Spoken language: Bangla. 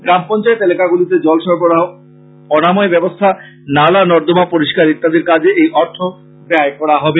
গাঁও পঞ্চায়েত এলাকাগুলিতে জল সরবরাহ অনাময় ব্যাবস্থা নালা নর্দমা পরিস্কার ইত্যাদির কাজে এই অর্থ ব্যায় করা হবে